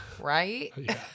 right